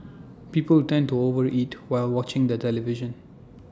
people tend to over eat while watching the television